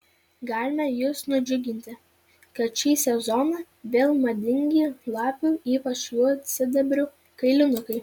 galime jus nudžiuginti kad šį sezoną vėl madingi lapių ypač juodsidabrių kailinukai